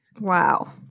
Wow